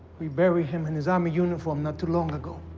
we bury him in his army uniform not too long ago.